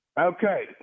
Okay